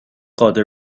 قادر